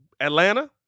Atlanta